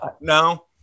no